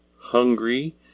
hungry